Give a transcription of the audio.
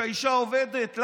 שהאישה עובדת,